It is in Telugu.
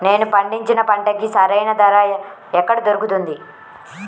నేను పండించిన పంటకి సరైన ధర ఎక్కడ దొరుకుతుంది?